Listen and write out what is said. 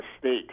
State